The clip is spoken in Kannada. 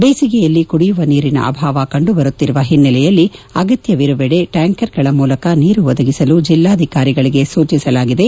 ಬೇಸಿಗೆಯಲ್ಲಿ ಕುಡಿಯವ ನೀರಿನ ಅಭಾವ ಕಂಡು ಬರುತ್ತಿರುವ ಹಿನ್ನೆಲೆಯಲ್ಲಿ ಅಗತ್ಯವಿರುವೆಡೆ ಟ್ಯಾಂಕರ್ಗಳ ಮೂಲಕ ನೀರು ಒದಗಿಸಲು ಜಿಲ್ಲಾಧಿಕಾರಿಗಳಿಗೆ ಸೂಚಿಸಲಾಗಿದೆ